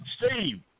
Steve